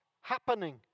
happening